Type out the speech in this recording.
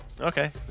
Okay